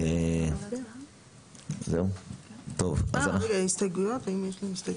אה, רגע, האם יש הסתייגויות?